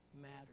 matters